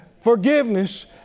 forgiveness